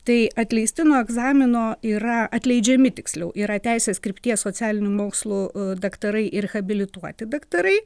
tai atleisti nuo egzamino yra atleidžiami tiksliau yra teisės krypties socialinių mokslų daktarai ir habilituoti daktarai